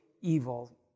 evil